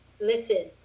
listen